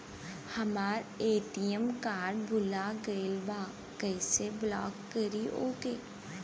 हमार ATM card भूला गईल बा कईसे ब्लॉक करी ओके?